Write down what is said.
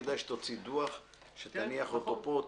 כדאי שתוציא דוח שתניח אותו פה,